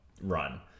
run